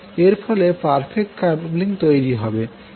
এর ফলে perfect coupling তৈরি হবে